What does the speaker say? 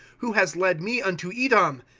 who has led me unto edom?